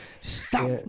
Stop